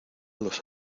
los